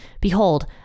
behold